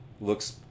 Looks